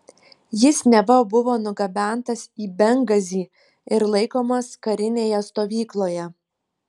jis neva buvo nugabentas į bengazį ir laikomas karinėje stovykloje